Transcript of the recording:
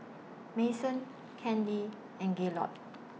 Madyson Candi and Gaylord